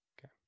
Okay